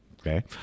Okay